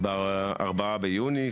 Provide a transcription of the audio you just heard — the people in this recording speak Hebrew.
ב-4 ביוני,